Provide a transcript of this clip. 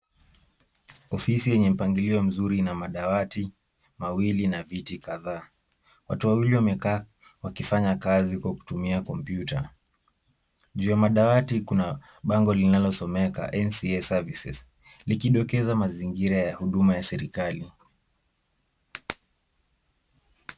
Ofisi yenye mpangilio mzuri ina madawati mawili na viti kadhaa. Watu wawili wamekaa wakifanya kazi kwa kutumia kompyuta. Juu ya madawati kuna bango linalosomeka NSA Service likidokeza mazingira ya huduma za kiserikali.